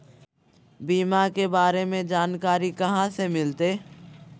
बीमा के बारे में जानकारी कहा से मिलते?